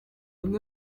bamwe